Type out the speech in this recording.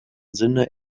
sinne